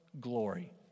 glory